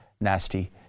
nasty